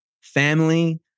family